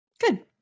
good